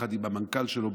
יחד עם המנכ"ל שלו,